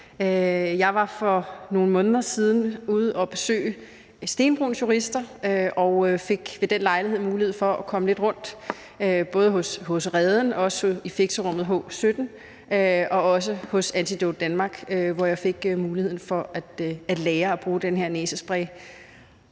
Jeg var for nogle måneder siden ude at besøge Stenbroens Jurister og fik ved den lejlighed mulighed for at komme lidt rundt, både hos Reden og i fixerummet H17 – og også hos Antidote Danmark, hvor jeg fik muligheden for at lære at bruge den her næsespray.